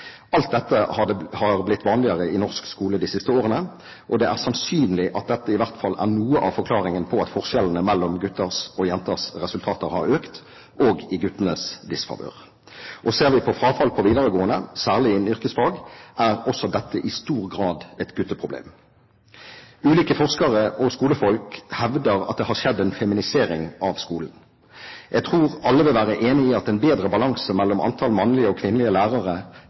Alt dette har blitt vanligere i norsk skole de siste årene, og det er sannsynlig at dette i hvert fall er noe av forklaringen på at forskjellene mellom gutters og jenters resultater har økt, og i guttenes disfavør. Ser vi på frafall på videregående, særlig innen yrkesfag, er også dette i stor grad et gutteproblem. Ulike forskere og skolefolk hevder at det har skjedd en feminisering av skolen. Jeg tror alle vil være enig i at en bedre balanse mellom antall mannlige og kvinnelige lærere